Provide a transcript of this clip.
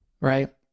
right